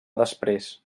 després